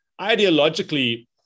ideologically